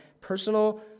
personal